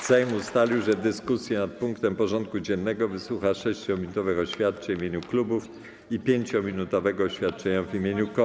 Sejm ustalił, że w dyskusji nad tym punktem porządku dziennego wysłucha 6-minutowych oświadczeń w imieniu klubów i 5-minutowego oświadczenia w imieniu koła.